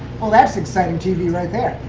well, that's exciting tv right there.